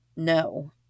No